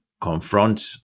confront